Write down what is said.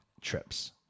trips